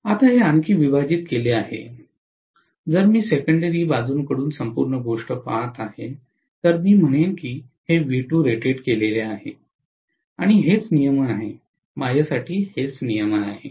आता हे आणखी विभाजित केले आहे जर मी सेकंडेरी बाजूंकडून संपूर्ण गोष्ट पहात आहे तर मी म्हणेन की हे V2 रेटेड केलेले आहे हेच नियमन आहे माझ्यासाठी हे नियमन आहे